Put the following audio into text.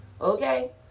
okay